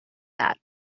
that